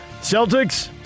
Celtics